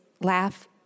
laugh